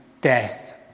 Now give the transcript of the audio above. death